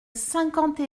cinquante